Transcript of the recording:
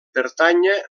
pertànyer